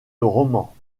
roman